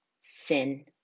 sin